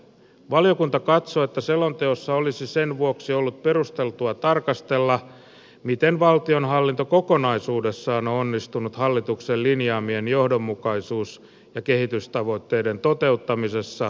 valiokunta katsoo että selonteossa olisi sen vuoksi ollut perusteltua tarkastella miten valtionhallinto kokonaisuudessaan on onnistunut hallituksen linjaamien johdonmukaisuus ja kehitystavoitteiden toteuttamisessa vaalikauden aikana